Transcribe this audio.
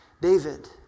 David